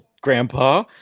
Grandpa